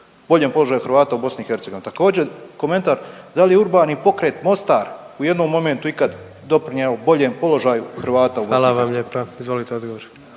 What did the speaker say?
boljem položaju Hrvata u BiH? Također komentar da li je Urbani pokret Mostar u jednom momentu ikad doprinjeo boljem položaju Hrvata u BiH? **Jandroković, Gordan